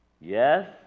Yes